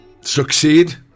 Succeed